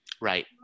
Right